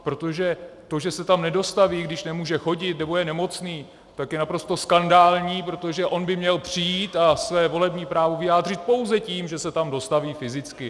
Protože to, že se tam nedostaví, když nemůže chodit nebo je nemocný, tak je naprosto skandální, protože on by měl přijít a své volební právo vyjádřit pouze tím, že se tam dostaví fyzicky.